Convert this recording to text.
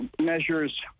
measures